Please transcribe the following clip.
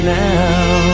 now